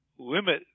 limit